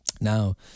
now